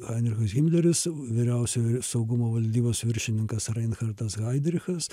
hanichas himleris vyriausiojo saugumo valdybos viršininkas renchardas haidrichas